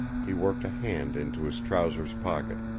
he worked a hand into his trousers' pocket,